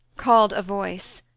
called a voice.